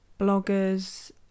bloggers